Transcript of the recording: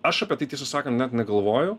aš apie tai tiesą sakant net negalvoju